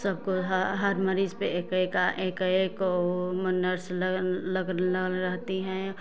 सबको ह हर मरीज़ पर एक एका एक एको नर्स ल लगा ल रहती हैं